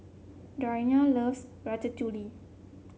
Dariana loves Ratatouille